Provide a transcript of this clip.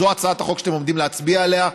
זו הצעת החוק שאתם עומדים להצביע עליה.